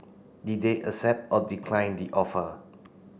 did they accept or decline the offer